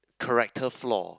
character flaw